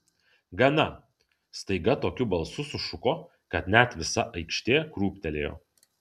gana staiga tokiu balsu sušuko kad net visa aikštė krūptelėjo